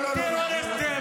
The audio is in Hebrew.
חבר הכנסת כהן, תודה.